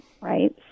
right